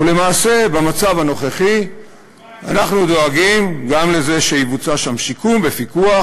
ולמעשה במצב הנוכחי אנחנו דואגים גם לזה שיבוצע שם שיקום בפיקוח,